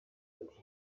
ati